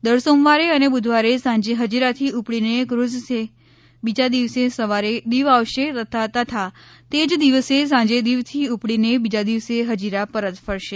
દર સોમવારે અને બુધવારે સાંજે હજીરાથી ઉપડીને ફ્રૂઝ બીજા દિવસે સવારે દીવ આવશે તથા તે જ દિવસે સાંજે દીવથી ઉપડીને બીજા દિવસે હજીરા પરત ફરશે